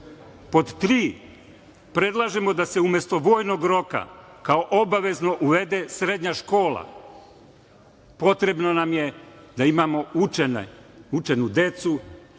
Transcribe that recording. tri, predlažemo da se umesto vojnog roka kao obavezno uvede srednja škola. Potrebno nam je da imamo učenu decu,